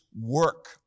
work